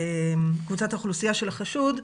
קבוצת האוכלוסייה של החשוד,